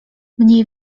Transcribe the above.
mniej